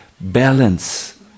balance